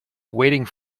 waiting